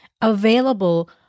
available